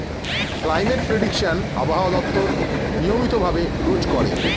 climate prediction আবহাওয়া দপ্তর নিয়মিত ভাবে রোজ করে